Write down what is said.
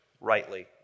rightly